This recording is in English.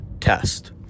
test